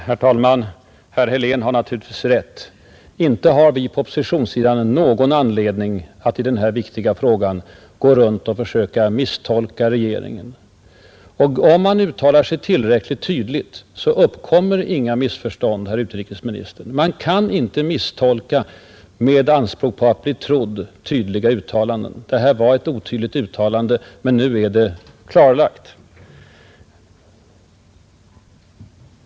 Herr talman! Herr Helén har naturligtvis rätt. Inte har vi från oppositionssidan någon anledning att i denna viktiga fråga gå runt och försöka misstolka regeringen, Om man uttalar sig tillräckligt tydligt, uppkommer det inga missförstånd, herr utrikesminister! Det uttalande som det här gäller var otydligt, men nu är det klarlagt.